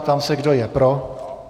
Ptám se, kdo je pro.